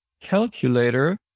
calculator